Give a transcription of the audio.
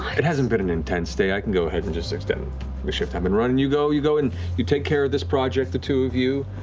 it hasn't been an intense day. i can go ahead and just extend the shift i've been running. you go you go and you take care of this project, the two of you.